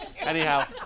Anyhow